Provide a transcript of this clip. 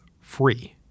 free